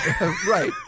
Right